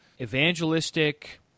evangelistic